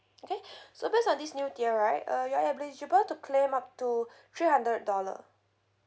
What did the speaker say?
okay so based on this new tier right uh you're eligible to claim up to three hundred dollar